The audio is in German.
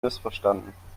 missverstanden